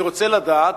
אני רוצה לדעת,